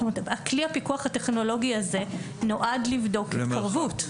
כלי הפיקוח הטכנולוגי הזה נועד לבדוק התקרבות.